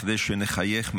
כדי שנחייך.